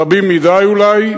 רבים מדי אולי,